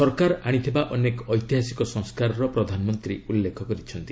ସରକାର ଆଣିଥିବା ଅନେକ ଐତିହାସିକ ସଂସ୍କାରର ପ୍ରଧାନମନ୍ତ୍ରୀ ଉଲ୍ଲେଖ କରିଥିଲେ